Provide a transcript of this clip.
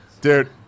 Dude